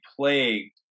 plagued